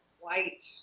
White